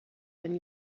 and